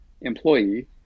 employee